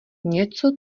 něco